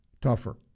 tougher